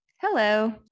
Hello